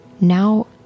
Now